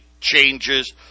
changes